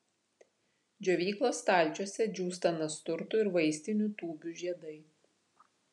džiovyklos stalčiuose džiūsta nasturtų ir vaistinių tūbių žiedai